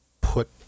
put